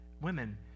women